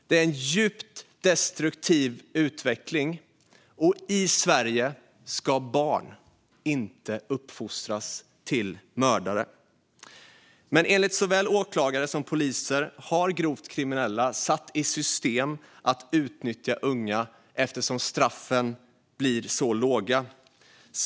Det är en djupt destruktiv utveckling. I Sverige ska barn inte uppfostras till mördare, men enligt såväl åklagare som poliser har grovt kriminella satt i system att utnyttja unga eftersom straffen blir så låga.